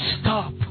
stop